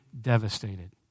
devastated